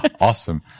awesome